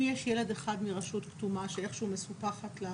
אם יש ילד אחד מרשות כתומה שאיכשהו מסופחת?